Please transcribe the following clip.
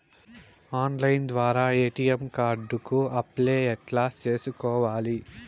Online ద్వారా ATM card కు apply ఎట్లా సేసుకోవాలి?